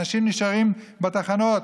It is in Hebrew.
אנשים נשארים בתחנות,